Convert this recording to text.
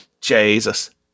Jesus